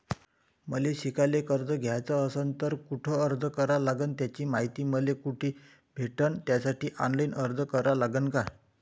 मले शिकायले कर्ज घ्याच असन तर कुठ अर्ज करा लागन त्याची मायती मले कुठी भेटन त्यासाठी ऑनलाईन अर्ज करा लागन का?